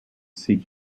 seek